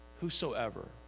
whosoever